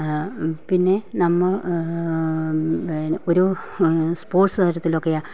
പിന്നെ ഒരു സ്പോർട്സ് കാര്യത്തിലൊക്കെ